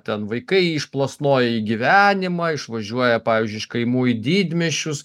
ten vaikai išplasnoja į gyvenimą išvažiuoja pavyzdžiui iš kaimų į didmiesčius